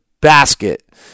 basket